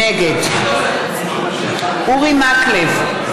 נגד אורי מקלב,